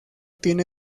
tiene